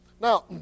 Now